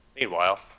Meanwhile